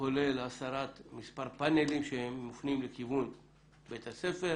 כולל הסרת מספר פאנלים שמופנים לכיוון בית הספר,